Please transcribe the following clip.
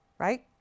Right